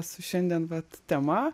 su šiandien vat tema